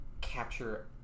capture